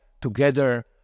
together